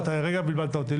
אתה רגע בלבלת אותי.